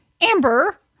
Amber